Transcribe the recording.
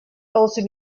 also